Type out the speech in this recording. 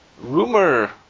Rumor